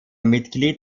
mitglied